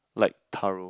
like thorough